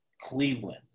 Cleveland